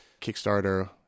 Kickstarter